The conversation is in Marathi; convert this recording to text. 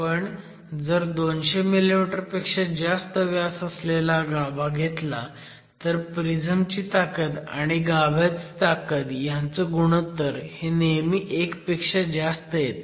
पण जर 200 मिमी पेक्षा जास्त व्यास असलेला गाभा घेतला तर प्रिझम ची ताकद आणि गाभ्याची ताकद ह्यांचं गुणोत्तर हे नेहमी 1 पेक्षा जास्त येतं